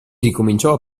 ricominciò